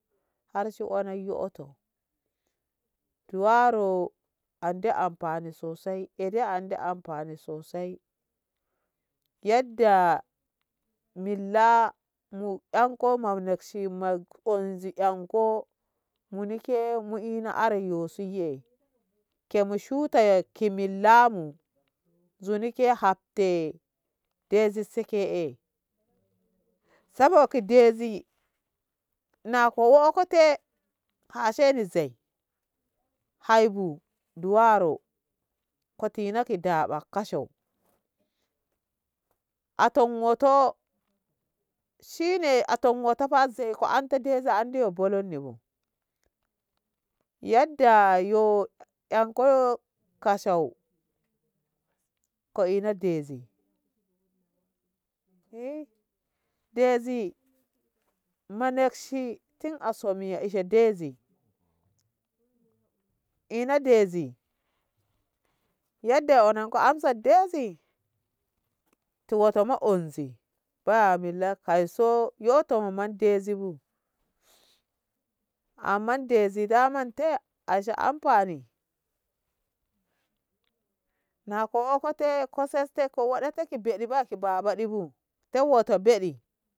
Har shi onan yoto duwaro andi amfani sosai ede andi anfani sosai yadda milla mu ako mam mekshi mak onzi anko mini ke mu ina arai yo su ye ke mu shutan ki mullamu zuni hatte dezi se ke'e saboki dezi na ko wo ko te hasheni zei haibu duwaro koti na ki daɓa kashau anton wo'oto shine a ton wo'oto fa zei dezi andi yo bolon bu yadda yo enko kashau ko ina dezi eh dezi mamekshi tin aso miya ishe dezi ina dezi yadda onanko amsa dezi to wo'oto mo onzi ba milla kanso yoto mu mon dezi bu amma dezi damman tin ashe anfani nako woko te ko se te ko woɗeteki ɓedniba ki babaɗi bu tau wo'oto beɗi.